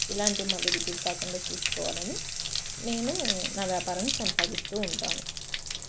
ఇలాంటి మళ్ళీ రిపీట్ కాకుండా చూసుకోవాలి అని నేను నా వ్యాపారం కొనసాగిస్తు ఉంటాను